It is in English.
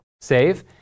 save